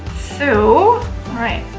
so right,